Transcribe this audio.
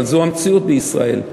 אבל זו המציאות בישראל,